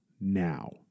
now